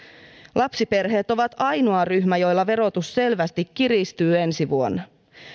lapsiperheet ovat ainoa ryhmä jolla verotus selvästi kiristyy ensi vuonna